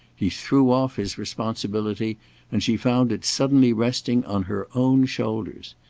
he threw off his responsibility and she found it suddenly resting on her own shoulders.